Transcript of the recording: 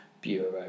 bureau